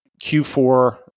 Q4